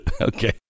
Okay